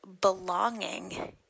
belonging